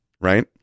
right